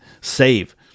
save